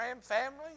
family